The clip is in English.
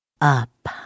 up